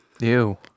Ew